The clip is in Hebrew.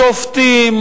שופטים,